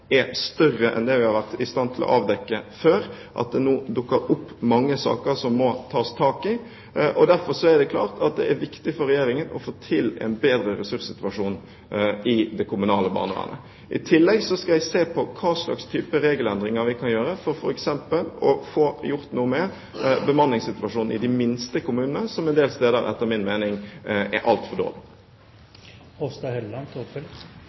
er større enn det vi tidligere har vært i stand til å avdekke, slik at det nå dukker opp mange saker som må tas tak i. Derfor er det viktig for Regjeringen å få til en bedre ressurssituasjon i det kommunale barnevernet. I tillegg vil jeg se på hvilke regelendringer vi kan gjøre for f.eks. å få gjort noe med bemanningssituasjonen i de minste kommunene, som en del steder er altfor dårlig, etter min mening.